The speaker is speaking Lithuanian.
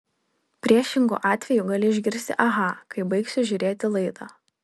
priešingu atveju gali išgirsti aha kai baigsiu žiūrėti laidą